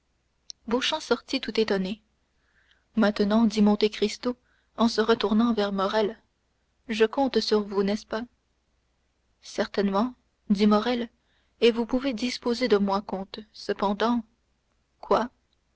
beauchamp sortit tout étonné maintenant dit monte cristo en se retournant vers morrel je compte sur vous n'est-ce pas certainement dit morrel et vous pouvez disposer de moi comte cependant quoi